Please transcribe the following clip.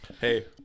Hey